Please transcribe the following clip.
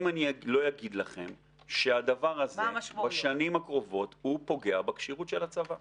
אם אני לא אגיד לכם שהדבר הזה בשנים הקרובות פוגע בכשירות של הצבא.